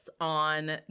on